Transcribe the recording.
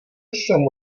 jsem